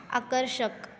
आकर्षक